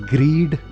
Greed